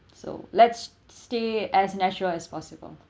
so let's stay as natural as possible